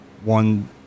One